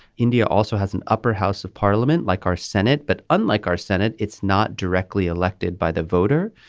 india also has an upper house of parliament like our senate but unlike our senate it's not directly elected by the voter.